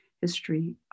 history